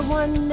one